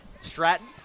Stratton